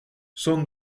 cent